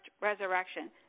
resurrection